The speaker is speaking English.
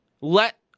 let